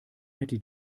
hätte